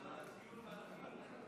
תודה רבה.